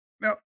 now